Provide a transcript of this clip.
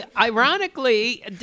Ironically